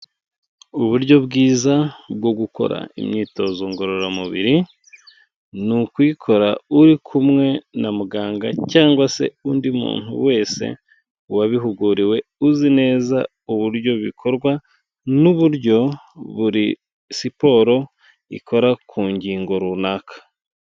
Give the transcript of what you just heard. Uburyo bwiza bwo gukora imyitozo ngororamubiri, ni ukuyikora uri kumwe na muganga cyangwa se undi muntu wese wabihuguriwe uzi neza uburyo bikorwa n'uburyo buri siporo ikora ku ngingo runaka.